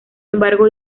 embargo